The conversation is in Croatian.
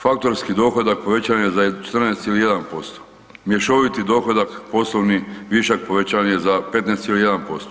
Faktorski dohodak povećan je za 14,1%, mješoviti dohodak poslovni višak povećan je za 15,1%